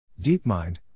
DeepMind